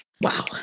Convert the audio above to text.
wow